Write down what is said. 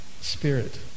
spirit